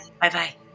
Bye-bye